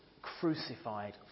crucified